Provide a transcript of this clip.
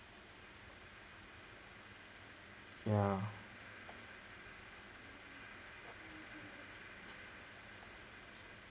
yeah